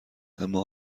اما